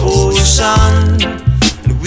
ocean